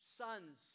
sons